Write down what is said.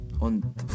on